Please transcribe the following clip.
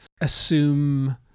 assume